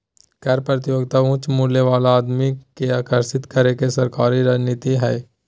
कर प्रतियोगिता उच्च मूल्य वाला आदमी के आकर्षित करे के सरकारी रणनीति हइ